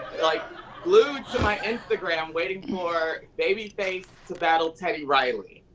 like glued to my instagram waiting for babyface to battle telly riley.